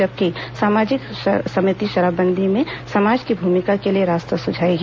जबकि सामाजिक समिति शराबबंदी में समाज की भूमिका के लिए रास्ता सुझाएगी